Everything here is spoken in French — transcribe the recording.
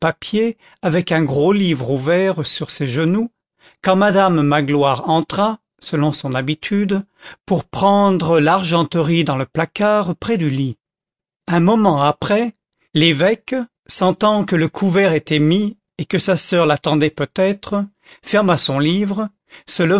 papier avec un gros livre ouvert sur ses genoux quand madame magloire entra selon son habitude pour prendre l'argenterie dans le placard près du lit un moment après l'évêque sentant que le couvert était mis et que sa soeur l'attendait peut-être ferma son livre se